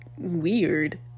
weird